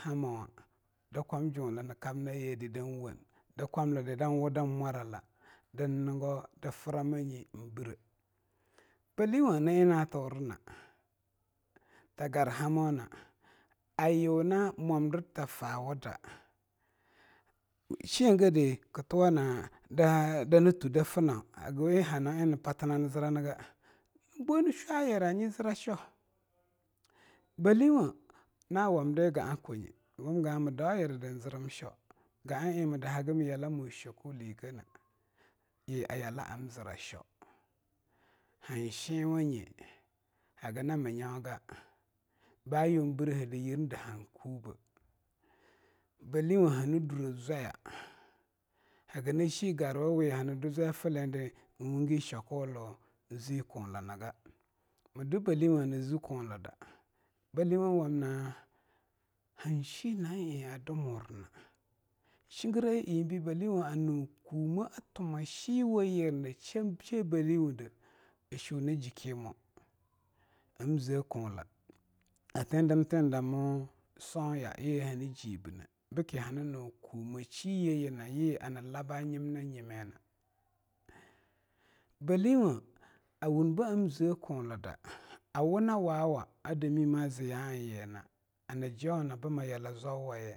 Amon daa kwam juumaag nii kam nayedi dan wung da kwamli di dan waei dan mwarala dan niggo daa frama nye birreme eing birre baleauwei na eing na turina ta gar hammona a yung na momdirta faawuda shengadi ki tuwana dani thu da finno hagi eing hana eing in pathina ni ziramga nii boag nii shula yira nyi zirra sheaw mii wam gaag mii dauyiraa da eing zirim sheaw ga eang mii dahaga mii yala shwakuligene yii aa yaa laa am zira sheaw han shenwanye hagina minyoga ba yung birehedi yaam dahan kubeh ba leauwei hani dure zulabba hagina shi gar wawi hani deah zwedi na wungi shwakuli..eing zeah ku lunga mii duh belleawei hani zee kunlida han she na eig a dumu rina shengire eine baleauwei a nu kumneag a tuma sheag we yinan sheai baleauwei dea a shunne jiki mo ham zea kunlag a atuedim tuedami songya yii hani jibine biki hani nu kume shiyeyina yea ani laa bii nyim-ni nyinme na baleauwei a wung bii am zea kunlungda a wuh nii waa wa a dami maa zii ya eing yii naa hani jonaa bii mii yala zwawaye.